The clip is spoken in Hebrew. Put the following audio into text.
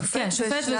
שופט וגורמי מקצוע.